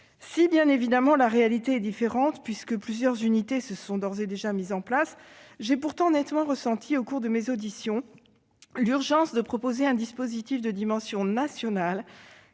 Si, bien évidemment, la réalité est différente, puisque plusieurs unités se sont d'ores et déjà mises en place, j'ai pourtant nettement ressenti, au cours de mes auditions, l'urgence de proposer un dispositif de dimension nationale,